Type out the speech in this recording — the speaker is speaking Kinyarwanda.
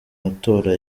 matora